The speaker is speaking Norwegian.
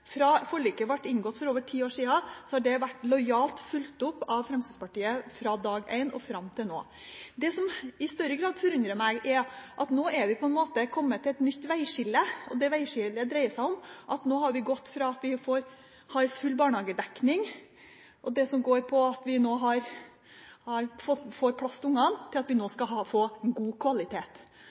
Fra forliket ble inngått for over ti år siden har det vært lojalt fulgt opp av Fremskrittspartiet fra dag én og fram til nå. Det som i større grad forundrer meg, er at vi nå på en måte er kommet til et nytt veiskille, og det dreier seg om at vi har vi gått fra å ha full barnehagedekning og det som går på at vi får plass til barna, til at vi nå skal få god kvalitet.